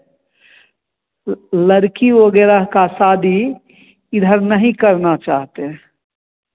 लड़की वगैरह का शादी इधर नहीं करना चाहते हैं